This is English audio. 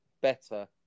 better